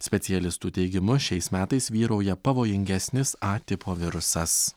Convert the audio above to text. specialistų teigimu šiais metais vyrauja pavojingesnis a tipo virusas